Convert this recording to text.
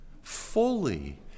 fully